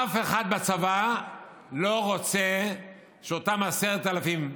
אף אחד בצבא לא רוצה שאותם 10,000,